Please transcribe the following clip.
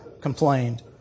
complained